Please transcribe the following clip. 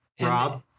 Rob